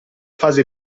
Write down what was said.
fase